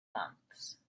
months